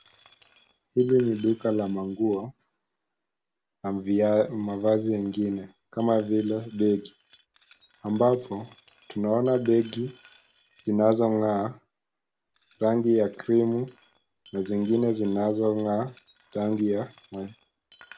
Hili ni duka la manguo na mavazi mengine kama vile begi ambapo tunaona begi zinazong'aa rangi ya cream na zingine zinazong'aa rangi ya manjano.